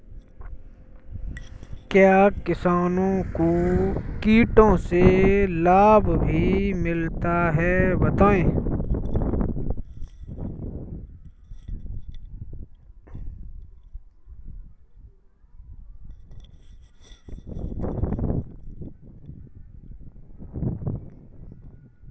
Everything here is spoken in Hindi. क्या किसानों को कीटों से लाभ भी मिलता है बताएँ?